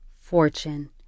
fortune